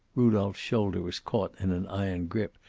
rudolph's shoulder was caught in an iron grip.